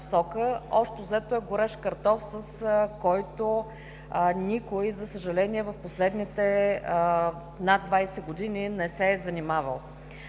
Общо взето е горещ картоф, с който никой, за съжаление, в последните над 20 години не се е занимавал.